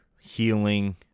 healing